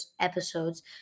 episodes